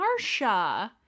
Marsha